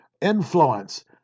influence